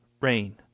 Rain